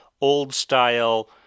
old-style